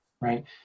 right